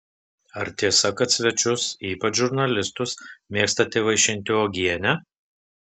ar tiesa kad svečius ypač žurnalistus mėgstate vaišinti uogiene